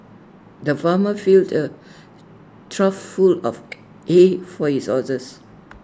the farmer filled A trough full of hay for his horses